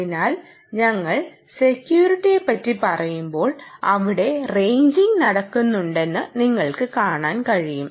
അതിനാൽ ഞങ്ങൾ സെക്യൂരിറ്റിയെ പറ്റി പറയുമ്പോൾ അവിടെ റേഞ്ചിഗ് നടക്കുന്നുണ്ടെന്ന് നിങ്ങൾക്ക് കാണാൻ കഴിയും